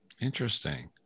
Interesting